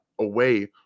away